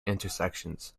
intersections